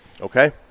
Okay